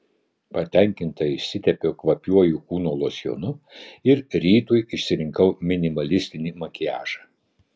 patenkinta išsitepiau kvapiuoju kūno losjonu ir rytui išsirinkau minimalistinį makiažą